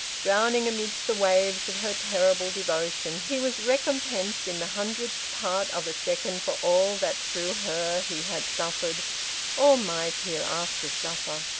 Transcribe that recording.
drowning amid the waves of her terrible devotion, he was recompensed in the hundredth part of a second for all that through her he had suffered or might hereafter suffer.